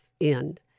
End